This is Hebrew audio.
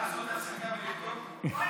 את הסרטון.